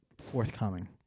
forthcoming